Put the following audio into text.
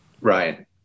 Right